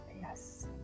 Yes